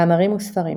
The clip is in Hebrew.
מאמרים וספרים